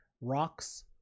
rocks